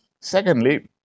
Secondly